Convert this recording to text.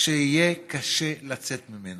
שיהיה קשה לצאת ממנה.